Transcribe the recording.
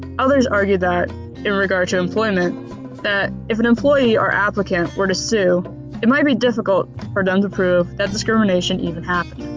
others argue that in regard to employment that if an employee or applicant were to sue it might be difficult for them to and prove that discrimination even happened.